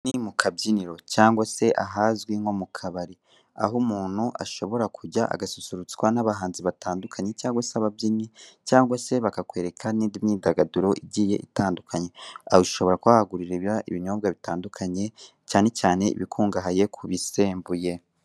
Aha ni mu kabyiniro cyangwa se ahazwi nko mu kabari, aho umuntu ashobora kujya agasusurutswa n'abahanzi batandukanye cyangwa se ababyinnyi, cyangwa se bakakwereka n'indi myidagaduro igiye itandukanye. Aha ushobora kuba wahagurira ibinyobwa bitandukanye, cyane cyane ibikungahaye ku bisembuye.